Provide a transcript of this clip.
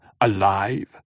Alive